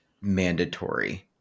mandatory